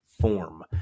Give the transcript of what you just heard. form